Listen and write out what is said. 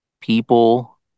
people